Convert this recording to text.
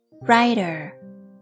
writer